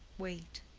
wait.